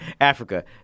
Africa